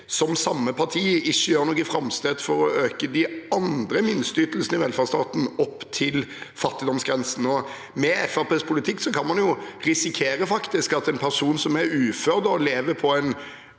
som samme parti ikke gjør noen framstøt for å øke de andre minsteytelsene i velferdsstaten opp til fattigdomsgrensen. Med Fremskrittspartiets politikk kan man faktisk risikere at en person som er ufør, lever på en